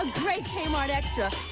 great kmart extra.